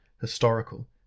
historical